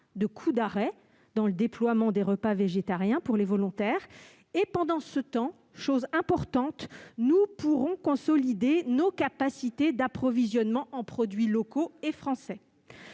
de coup d'arrêt dans le déploiement des repas végétariens pour les volontaires. Pendant ce temps, chose importante, nous pourrons consolider nos capacités d'approvisionnement en produits locaux et français.